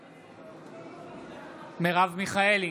בעד מרב מיכאלי,